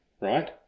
right